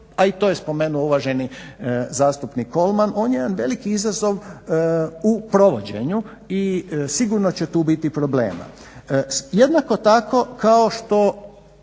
a i to je spomenuo uvaženi zastupnik Kolman. On je jedan veliki izazov u provođenju i sigurno će tu biti problema. Jednako tako kao što